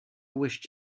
wished